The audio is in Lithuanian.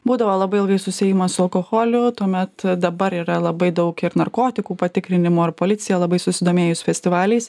būdavo labai ilgai susiejama su alkoholiu tuomet dabar yra labai daug ir narkotikų patikrinimo ir policija labai susidomėjus festivaliais